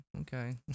Okay